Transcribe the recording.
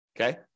okay